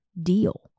deal